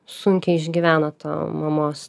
sunkiai išgyveno tą mamos